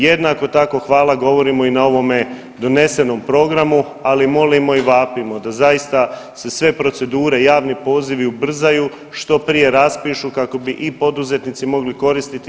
Jednako tako hvala govorimo i na ovome donesenom programu ali molimo i vapimo da zaista se sve procedure, javni pozivi ubrzaju, što prije raspišu kako bi i poduzetnici mogli koristiti.